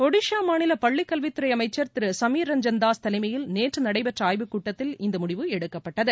ஒடிசா மாநில பள்ளிக்கல்வித்துறை அமைச்சர் திரு சுமீர் ரஞ்சன் தாஸ் தலைமையில் நேற்று நடைபெற்ற ஆய்வுக்கூட்டத்தில் இந்த முடிவு எடுக்கப்பட்டது